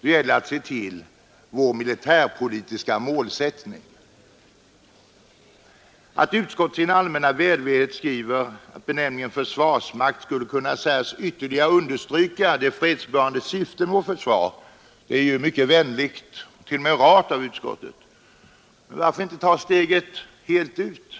när det gäller att se till vår militärpolitiska målsättning. I sin allmänna välvilja skriver utskottet: ”Ett införande av benämningen försvarsmakten skulle kunna sägas ytterligare understryka det fredsbevarande syftet med vårt försvar.” Det är ju mycket vänligt, t.o.m. rart av utskottet. Men varför inte ta steget fullt ut?